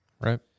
Right